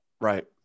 Right